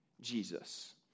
Jesus